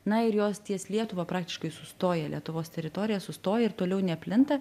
na ir jos ties lietuva praktiškai sustoja lietuvos teritorija sustoja ir toliau neplinta